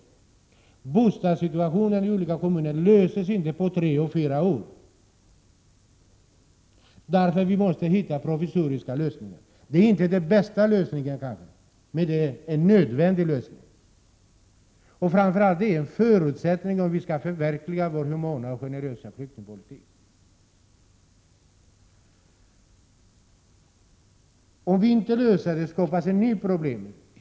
RBostadssituationen i olika kommuner löses inte på tre—fyra år. Därför måste man hitta provisoriska lösningar. Detta är kanske inte den bästa lösningen, raen det är en nödvändig lösning. Framför allt är detta en förutsättning för förverkligandet av den humana och generösa flyktingpolitiken. Om man inte löser dessa problem skapas nya problem.